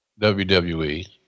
WWE